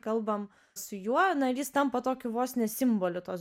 kalbam su juo na ir jis tampa tokiu vos ne simboliu tos